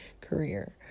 career